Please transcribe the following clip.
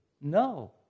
No